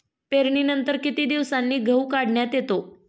पेरणीनंतर किती दिवसांनी गहू काढण्यात येतो?